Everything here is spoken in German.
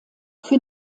für